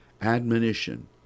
admonition